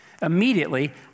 Immediately